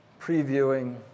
previewing